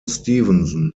stevenson